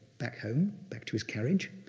back home, back to his carriage,